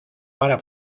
para